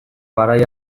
garai